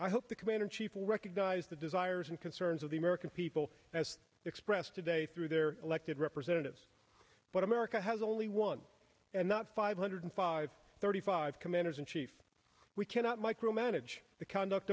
i hope the commander in chief will recognize the desires and concerns of the american people as expressed today through their elected representatives what america has only one and not five hundred five thirty five commanders in chief we cannot micromanage the conduct